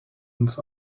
ins